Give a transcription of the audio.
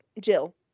Jill